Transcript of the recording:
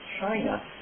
China